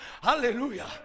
Hallelujah